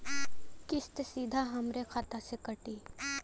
किस्त सीधा हमरे खाता से कटी?